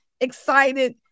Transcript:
excited